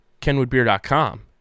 KenwoodBeer.com